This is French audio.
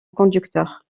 conducteur